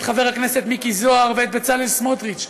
את חבר הכנסת מיקי זוהר ואת בצלאל סמוטריץ,